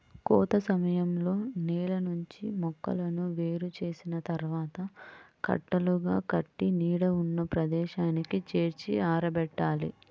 కోత సమయంలో నేల నుంచి మొక్కలను వేరు చేసిన తర్వాత కట్టలుగా కట్టి నీడ ఉన్న ప్రదేశానికి చేర్చి ఆరబెట్టాలి